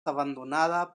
abandonada